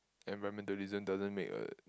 environmentalism doesn't make a